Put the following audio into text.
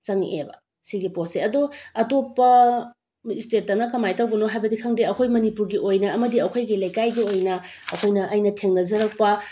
ꯆꯪꯉꯛꯑꯦꯕ ꯁꯤꯒꯤ ꯄꯣꯠꯁꯦ ꯑꯗꯣ ꯑꯇꯣꯞꯄ ꯏꯁꯇꯦꯠꯇꯅ ꯀꯃꯥꯏꯅ ꯇꯧꯕꯅꯣ ꯍꯥꯏꯕꯗꯤ ꯈꯪꯗꯦ ꯑꯩꯈꯣꯏ ꯃꯅꯤꯄꯨꯔꯒꯤ ꯑꯣꯏꯅ ꯑꯃꯗꯤ ꯑꯩꯈꯣꯏꯒꯤ ꯂꯩꯀꯥꯏꯒꯤ ꯑꯣꯏꯅ ꯑꯩꯈꯣꯏꯅ ꯑꯩꯅ ꯊꯦꯡꯅꯖꯔꯛꯄ